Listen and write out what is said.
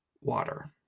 water